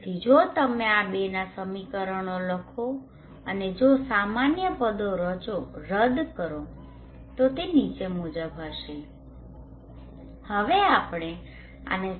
તેથી જો તમે આ બેના સમીકરણો લખો અને જો સામાન્ય પદો રદ કરો તો તમે નીચે મુજબ મેળવશો